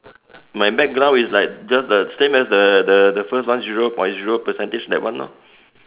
my background is like just the same as the the first one zero point zero percentage that one lor